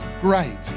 Great